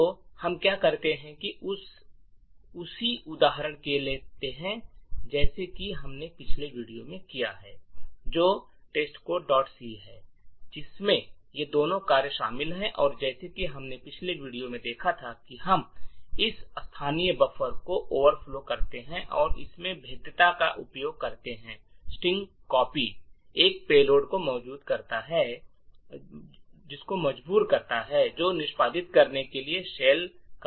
तो हम क्या करते हैं कि हम उसी उदाहरण को लेते हैं जैसा कि हमने पिछले वीडियो में किया है जो testcodec है जिसमें ये दोनों कार्य शामिल हैं और जैसा कि हमने पिछले वीडियो में देखा था कि हम इस स्थानीय बफर को ओवरफ्लो करते हैं और इसमें भेद्यता का उपयोग करते हैं स्ट्रिंग कॉपी एक पेलोड को मजबूर करता है जो निष्पादित करने के लिए शेल का निर्माण करेगा